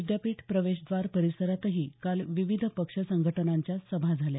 विद्यापीठ प्रवेशद्वार परिसरातही काल विविध पक्ष संघटनांच्या सभा झाल्या